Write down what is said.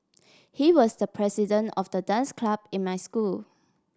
he was the president of the dance club in my school